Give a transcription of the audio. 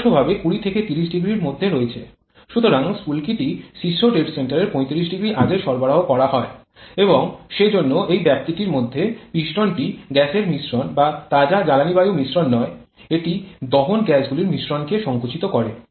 সুতরাং স্ফুলকিটি শীর্ষ ডেড সেন্টারের ৩৫০ আগে সরবরাহ করা হয় এবং সেজন্য এই ব্যাপ্তিটির মধ্যে পিস্টনটি গ্যাসের মিশ্রণ বা তাজা জ্বালানী বায়ু মিশ্রণ নয় এটি দহন গ্যাসগুলির মিশ্রণ কে সংকুচিত করে